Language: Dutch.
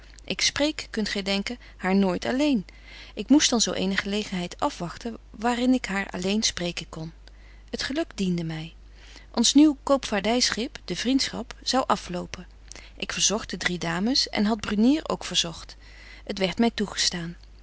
ik spreek kunt gy denken haar nooit alleen ik moest dan zo eene gelegenheid afwagten waar in ik haar alleen spreeken kon t geluk diende my ons nieuw koopvaardyschip de vriendschap zou aflopen ik verzogt de drie dames en had brunier ook verzogt het werdt my toegestaan